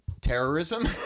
terrorism